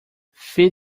feed